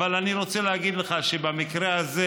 אבל אני רוצה להגיד לך שבמקרה הזה,